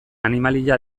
animalia